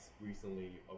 recently